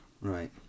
Right